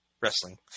wrestling